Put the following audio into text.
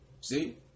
See